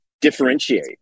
differentiate